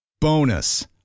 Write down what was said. Bonus